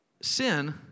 Sin